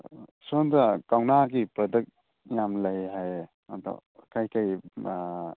ꯁꯣꯝꯗ ꯀꯧꯅꯥꯒꯤ ꯄ꯭ꯔꯗꯛ ꯌꯥꯝ ꯂꯩ ꯍꯥꯏꯌꯦ ꯑꯗꯣ ꯀꯩꯀꯩ